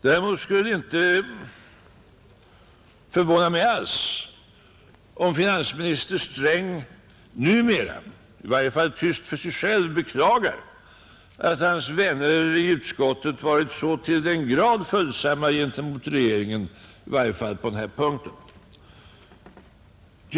Däremot skulle det inte förvåna mig alls om finansminister Sträng numera — i varje fall tyst för sig själv — beklagar att hans vänner i utskottet varit så till den grad följsamma gentemot regeringen, i varje fall på den här punkten.